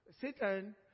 Satan